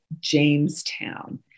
Jamestown